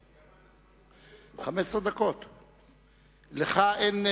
לך אין,